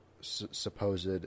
supposed